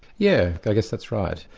yeah i guess that's right.